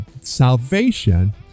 salvation